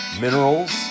minerals